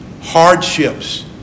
Hardships